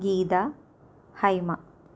Geetha Haima